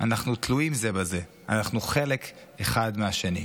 אנחנו תלויים זה בזה, אנחנו חלק אחד מהשני.